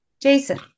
Jason